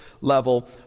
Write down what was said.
level